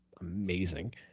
amazing